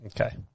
Okay